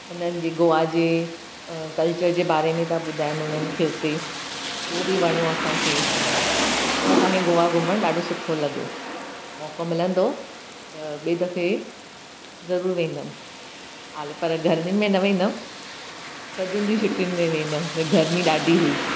हुननि जे गोआ जे अ कल्चर जे बारे में पिया ॿुधाईनि हुननि खे हुते उहो बि वणियो असांखे पर असांखे गोआ घुमणु ॾाढो सुठो लॻो मौक़ो मिलंदो त ॿिए दफे़ ज़रूरु वेंदमि हालि पर गर्मियुनि में न वेंदमि थधियुनि जी छुट्टी में वेंदमि गर्मी ॾाढी हुई